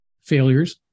failures